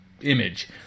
image